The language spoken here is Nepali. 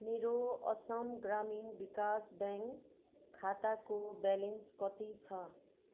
मेरो असम ग्रामीण विकास ब्याङ्क खाताको ब्यालेन्स कति छ